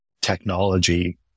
technology